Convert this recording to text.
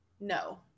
No